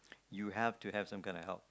you have to have some kind of help